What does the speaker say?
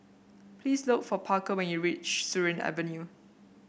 please look for Parker when you reach Surin Avenue